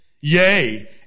yea